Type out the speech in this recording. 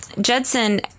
Judson